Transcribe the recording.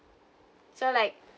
so like